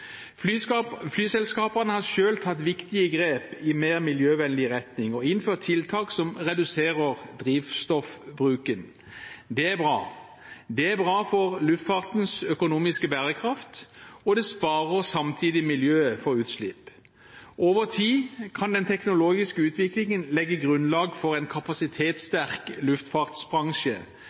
flytrafikk. Flyselskapene har selv tatt viktige grep i mer miljøvennlig retning og innført tiltak som reduserer drivstoffbruken. Det er bra. Det er bra for luftfartens økonomiske bærekraft, og det sparer samtidig miljøet for utslipp. Over tid kan den teknologiske utviklingen legge grunnlag for en kapasitetssterk luftfartsbransje,